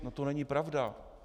No to není pravda!